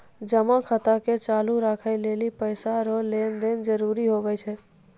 जमा खाता के चालू राखै लेली पैसा रो लेन देन जरूरी हुवै छै